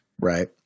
right